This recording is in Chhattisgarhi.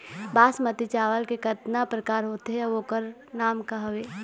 बासमती चावल के कतना प्रकार होथे अउ ओकर नाम क हवे?